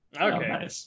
Okay